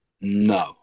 No